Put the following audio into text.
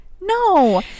no